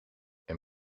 een